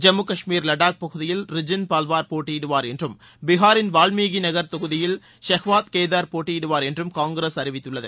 ஜம்மு காஷ்மீர் லடாக் பகுதியில் ரிஜின் பால்பார் போட்டியிடுவார் என்றும் பீகாரின் வால்மீகி நகர் தொகுதியில் ஹெஷ்வாத் கேதர் போட்டியிடுவார் என்றும் காங்கிரஸ் அறிவித்துள்ளது